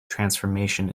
transformation